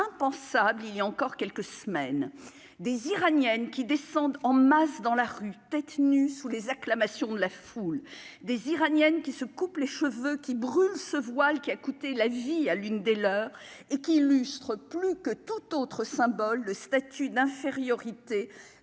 impensable il y a encore quelques semaines, des Iraniennes qui descendent en masse dans la rue, tête nue sous les acclamations de la foule des Iraniennes qui se coupe les cheveux qui brûle ce voile qui a coûté la vie à l'une des leurs. Et qu'illustre plus que tout autre symbole le statut d'infériorité